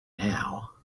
now